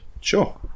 Sure